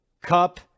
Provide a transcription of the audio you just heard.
Cup